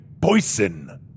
Poison